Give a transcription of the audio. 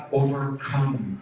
overcome